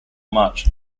much